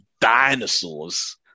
dinosaurs